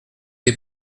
des